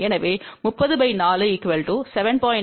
எனவே 304 7